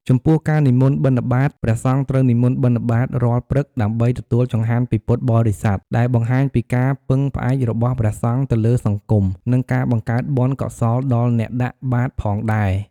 ចំពោះការនិមន្តបិណ្ឌបាត្រ ព្រះសង្ឃត្រូវនិមន្តបិណ្ឌបាត្ររាល់ព្រឹកដើម្បីទទួលចង្ហាន់ពីពុទ្ធបរិស័ទ ដែលបង្ហាញពីការពឹងផ្អែករបស់ព្រះសង្ឃទៅលើសង្គម និងការបង្កើតបុណ្យកុសលដល់អ្នកដាក់បាត្រផងដែរ។